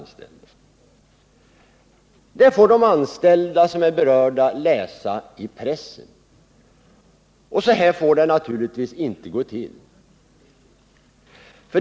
Det får de anställda läsa om i pressen, men så får det naturligtvis inte gå till.